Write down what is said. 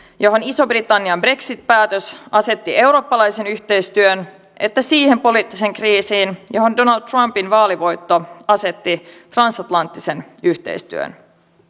johon ison britannian brexit päätös asetti eurooppalaisen yhteistyön että siihen poliittiseen kriisiin johon donald trumpin vaalivoitto asetti transatlanttisen yhteistyön